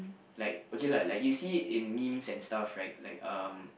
like okay lah like you see in memes and stuff right like um